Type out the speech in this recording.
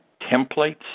templates